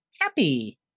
happy